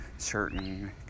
certain